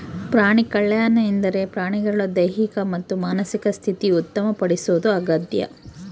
ಪ್ರಾಣಿಕಲ್ಯಾಣ ಎಂದರೆ ಪ್ರಾಣಿಗಳ ದೈಹಿಕ ಮತ್ತು ಮಾನಸಿಕ ಸ್ಥಿತಿ ಉತ್ತಮ ಪಡಿಸೋದು ಆಗ್ಯದ